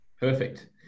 Perfect